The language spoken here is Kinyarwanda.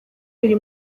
biri